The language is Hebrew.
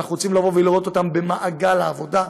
ואנחנו רוצים לראות אותם במעגל העבודה.